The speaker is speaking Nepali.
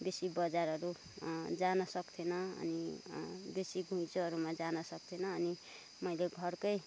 बेसी बजारहरू जान सक्दैन थियो अनि बेसी घुइँचोहरूमा जान सक्दैन थियो अनि मैले घरकै